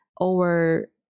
over